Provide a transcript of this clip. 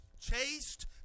Chaste